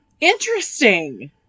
Interesting